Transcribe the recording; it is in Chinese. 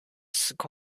时空